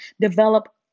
develop